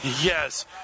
Yes